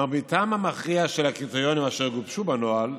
מרביתם המכריע של הקריטריונים אשר גובשו בנוהל,